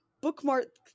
bookmark